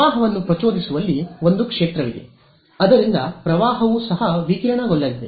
ಪ್ರವಾಹವನ್ನು ಪ್ರಚೋದಿಸುವಲ್ಲಿ ಒಂದು ಕ್ಷೇತ್ರವಿದೆ ಅದರಿಂದ ಪ್ರವಾಹವೂ ಸಹ ವಿಕಿರಣಗೊಳ್ಳಲಿದೆ